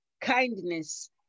kindness